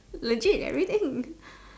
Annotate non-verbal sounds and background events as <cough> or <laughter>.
legit everything <breath>